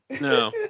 No